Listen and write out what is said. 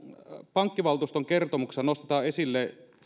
pankkivaltuuston kertomuksessa nostetaan esille